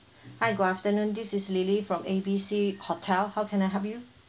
hi good afternoon this is lilly from A B C hotel how can I help you